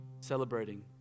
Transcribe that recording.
celebrating